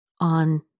on